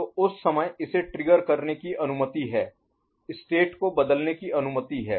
तो उस समय इसे ट्रिगर करने की अनुमति है स्टेट को बदलने की अनुमति है